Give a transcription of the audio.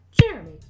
Jeremy